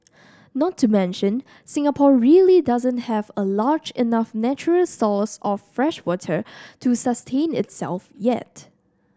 not to mention Singapore really doesn't have a large enough natural source of freshwater to sustain itself yet